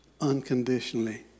unconditionally